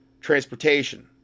Transportation